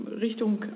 Richtung